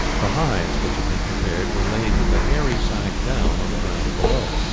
the hides which had been prepared were laid with the hairy side down, on the ground below.